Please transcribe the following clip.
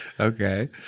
Okay